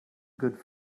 good